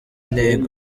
intego